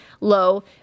low